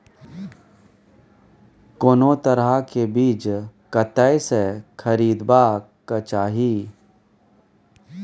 कोनो तरह के बीज कतय स खरीदबाक चाही?